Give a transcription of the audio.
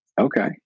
Okay